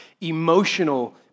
emotional